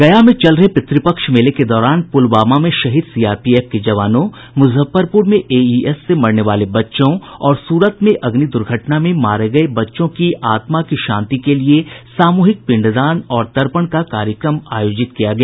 गया में चल रहे पितृपक्ष मेले के दौरान पुलवामा में शहीद सीआरपीएफ के जवानों मुजफ्फरपुर में एईएस से मरने वाले बच्चों और सूरत में अग्नि दुर्घटना में मारे गये बच्चों की आत्मा की शांति के लिए सामूहिक पिंड दान और तर्पण का कार्यक्रम आयोजित किया गया